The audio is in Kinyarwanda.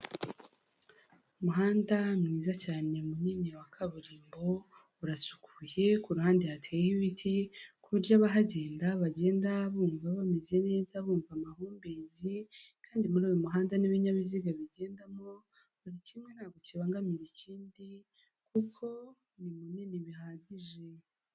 Umuhanda mwiza cyane munini wa kaburimbo, uracukuye ku ruhande hateyeho ibiti ku buryo abahagenda bagenda bumva bameze neza bumva amahumbezi, kandi muri uwo muhanda n'ibinyabiziga bigendamo buri kimwe ntabwo kibangamira ikindi kuko ni munnini bihagije.